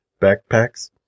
Backpacks